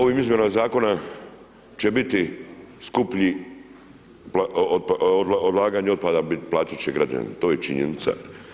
Ovim izmjenama zakona će biti skuplji, odlaganje otpada platiti će građani, to je činjenica.